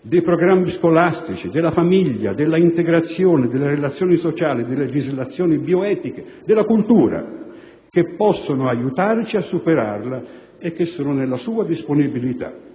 dei programmi scolastici, della famiglia, dell'integrazione, delle relazioni sociali, della legislazione bioetica e della cultura che possono aiutarci a superarla e che sono nella sua disponibilità.